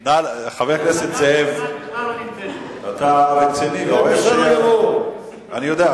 חבר הכנסת זאב אתה רציני, אני יודע.